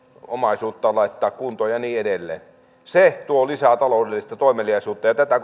omaisuuttaan laittaa kuntoon ja niin edelleen se tuo lisää taloudellista toimeliaisuutta ja tätä